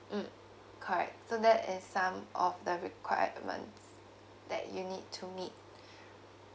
mm correct so that is some of the requirements that you need to meet